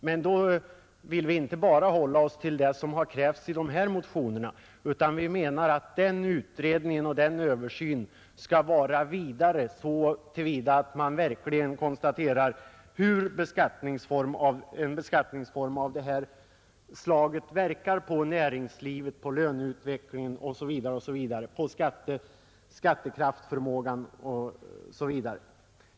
Men då har vi inte bara hållit oss till det som har krävts i motionerna, utan vi menar att den utredningen och den översynen skall sträcka sig vidare, så att man verkligen konstaterar hur en beskattning av detta slag verkar på näringslivet, på löneutvecklingen, på skatteförmågan osv.